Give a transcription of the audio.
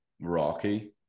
rocky